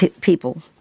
people